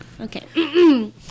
Okay